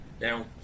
now